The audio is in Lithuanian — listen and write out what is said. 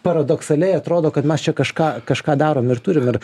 paradoksaliai atrodo kad mes čia kažką kažką darom ir turim ir